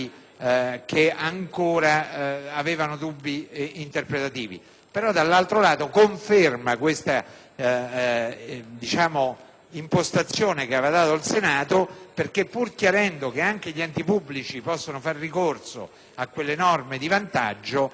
che ancora avevano dubbi interpretativi, ma dall'altro lato conferma l'impostazione che aveva dato il Senato, perché, pur chiarendo che anche gli enti pubblici possono far ricorso a quelle norme di vantaggio,